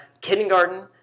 kindergarten